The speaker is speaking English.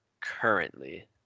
currently